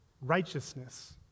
righteousness